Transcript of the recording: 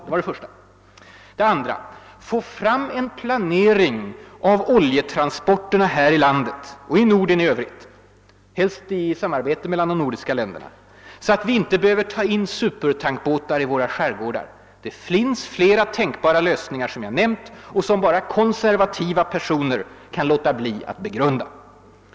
Se för det andra till att få fram en planering av oljetransporterna här i landet och i Norden i övrigt, helst i samarbete mellan de nordiska länderna, så att vi inte behöver ta in supertankbåtar i våra skärgårdar. Det finns flera tänkbara lösningar som jag har nämnt och som bara konservativa personer kan låta bli att begrunda.